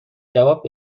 جواب